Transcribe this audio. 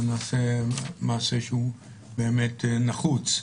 שנעשה מעשה שהוא באמת נחוץ.